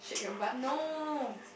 no